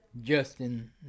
Justin